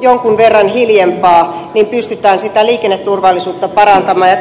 jonkun verran hiljempaa pystytään liikenneturvallisuutta parantamaan